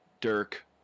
Dirk